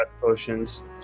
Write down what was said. potions